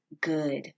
good